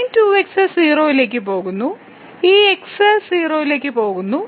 Sin 2x 0 ലേക്ക് പോകുന്നു ഈ x 0 ലേക്ക് പോകുന്നു